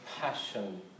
passion